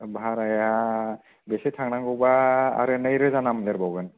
बाह्राया बेसे थांनांगौबा आरो नै रोजा नांदेर बावगोन